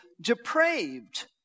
depraved